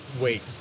wait